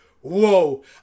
whoa